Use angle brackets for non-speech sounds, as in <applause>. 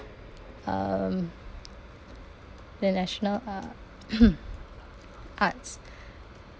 um the national a~ <coughs> arts